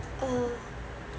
uh